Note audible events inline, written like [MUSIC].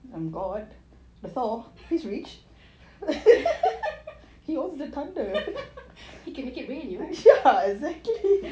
[LAUGHS] he can make it big you know